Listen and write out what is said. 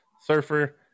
Surfer